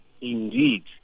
indeed